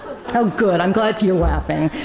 oh good, i'm glad you're laughing.